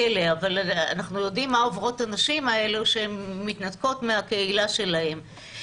הוא בכלא אבל אנחנו יודעים מה עוברות הנשים האלו שמתנתקות מהקהילה שלהן.